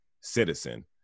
citizen